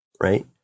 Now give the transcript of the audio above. right